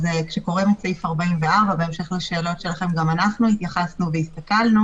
כשקוראים את סעיף 44 בהמשך לשאלות שלכם גם אנחנו התייחסנו והסתכלנו